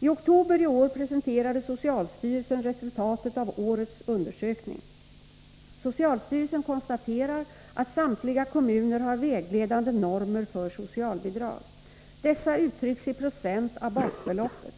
I oktober i år presenterade socialstyrelsen resultatet av årets undersökning. Socialstyrelsen konstaterar att samtliga kommuner har vägledande normer för socialbidrag. Dessa uttrycks i procent av basbeloppet.